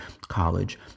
college